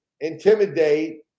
intimidate